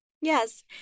Yes